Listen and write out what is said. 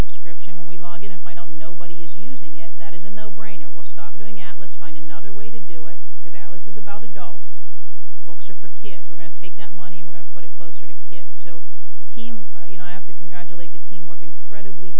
subscription when we log in and find out nobody is using it that is a no brainer we'll stop doing atlas find another way to do it because alice is about adult books are for kids we're going to take that money we're going to put it closer to kids so the team you know i have to congratulate the team worked incredibly